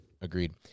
Agreed